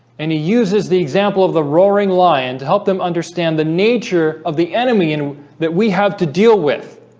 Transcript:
and he uses the example of the roaring lion to help them understand the nature of the enemy and that we have to deal with